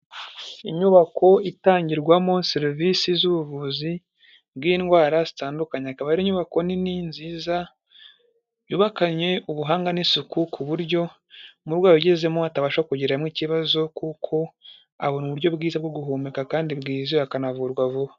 Inyubako itangirwamo serivisi z'ubuvuzi bw'indwara zitandukanye, akaba ari inyubako nini nziza, yubakanye ubuhanga n'isuku, ku buryo umurwayi ugezemo atabasha kugiriramo ikibazo kuko abona uburyo bwiza bwo guhumeka kandi bwizewe, akanavurwa vuba.